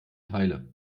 teile